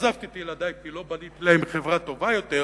אכזבתי את ילדי, כי לא בניתי להם חברה טובה יותר,